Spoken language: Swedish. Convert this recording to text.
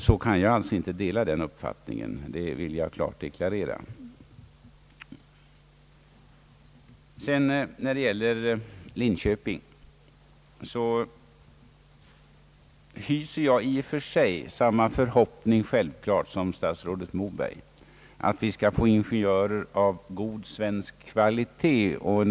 Vad sedan gäller ingenjörsutbildningen i Linköping hyser jag självklart i och för sig samma förhoppning som statsrådet Moberg att vi där skall få ingenjörer av god svensk kvalitet.